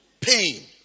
pain